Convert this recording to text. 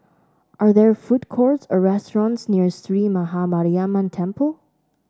are there food courts or restaurants near Sree Maha Mariamman Temple